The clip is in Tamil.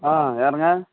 ஆ யாருங்க